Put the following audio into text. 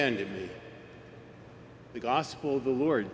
d the gospel the lord